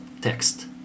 text